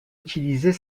utiliser